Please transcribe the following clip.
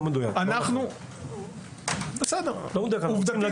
מי שלא